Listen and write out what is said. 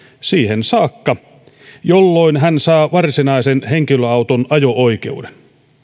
siihen saakka että hän saa varsinaisen henkilöauton ajo oikeuden